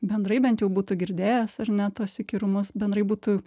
bendrai bent jau būtų girdėjęs ar ne tuos įkyrumus bendrai būtų